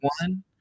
one